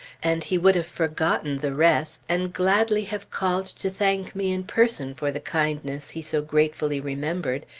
and he would have forgotten the rest and gladly have called to thank me in person for the kindness he so gratefully remembered,